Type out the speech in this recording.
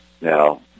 Now